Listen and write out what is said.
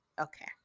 Okay